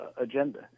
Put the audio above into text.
agenda